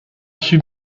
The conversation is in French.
suis